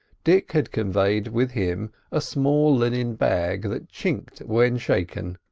dick had conveyed with him a small linen bag that chinked when shaken.